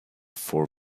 four